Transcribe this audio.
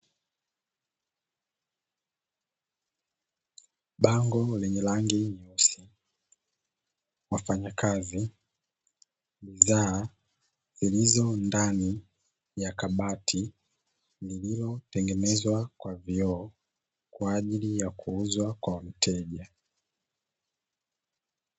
Bango lenye rangi nyeusi, wafanyakazi wa bidhaa zilizo ndani ya kabati iliyotengenezwa kwa vioo kwa ajili ya kuuzwa kwa mteja.